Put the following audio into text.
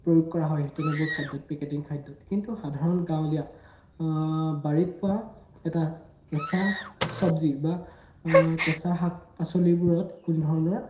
প্ৰয়োগ কৰা হয় তেনেবোৰ খাদ্যত পেকেটিং খাদ্যত কিন্তু সাধাৰণ গাঁৱলীয়া বাৰীত পোৱা এটা কেঁচা চব্জি বা কেঁচা শাক পাচলিবোৰত কোনো ধৰণৰ